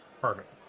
Perfect